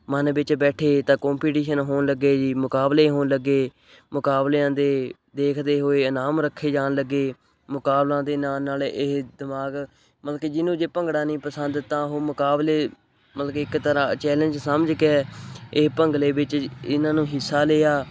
ਮਨ ਵਿੱਚ ਬੈਠੇ ਤਾਂ ਕੰਪੀਟੀਸ਼ਨ ਹੋਣ ਲੱਗੇ ਜੀ ਮੁਕਾਬਲੇ ਹੋਣ ਲੱਗੇ ਮੁਕਾਬਲਿਆਂ ਦੇ ਦੇਖਦੇ ਹੋਏ ਇਨਾਮ ਰੱਖੇ ਜਾਣ ਲੱਗੇ ਮੁਕਾਬਲਿਆਂ ਦੇ ਨਾਲ ਨਾਲ ਇਹ ਦਿਮਾਗ ਮਤਲਬ ਕਿ ਜਿਹਨੂੰ ਜੇ ਭੰਗੜਾ ਨਹੀਂ ਪਸੰਦ ਤਾਂ ਉਹ ਮੁਕਾਬਲੇ ਮਤਲਬ ਕਿ ਇੱਕ ਤਰ੍ਹਾਂ ਚੈਲੇਂਜ ਸਮਝ ਕੇ ਇਹ ਭੰਗੜੇ ਵਿੱਚ ਇਹਨਾਂ ਨੂੰ ਹਿੱਸਾ ਲਿਆ